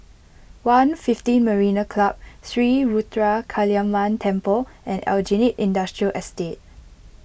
one fifteen Marina Club Sri Ruthra Kaliamman Temple and Aljunied Industrial Estate